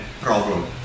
problem